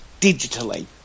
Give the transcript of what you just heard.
digitally